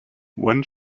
one